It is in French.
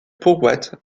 powiat